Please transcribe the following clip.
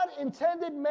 intended